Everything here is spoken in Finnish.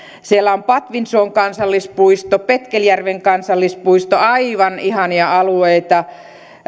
siellä on patvinsuon kansallispuisto petkeljärven kansallispuisto aivan ihania alueita